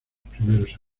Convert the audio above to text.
primeros